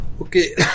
okay